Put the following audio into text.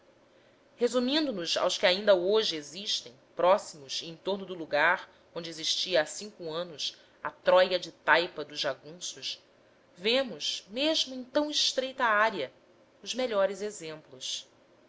pombal resumindo nos aos que ainda hoje existem próximos e em torno do lugar onde existia há cinco anos a tróia de taipa dos jagunços vemos mesmo em tão estreita área os melhores exemplos